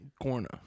corner